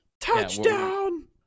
Touchdown